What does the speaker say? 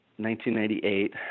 1998